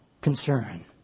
Concern